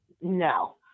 No